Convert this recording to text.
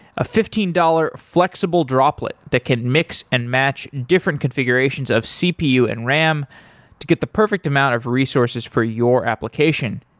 a fifteen dollars flexible droplet that can mix and match different configurations of cpu and ram to get the perfect amount of resources for your application.